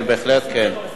כן, בהחלט כן.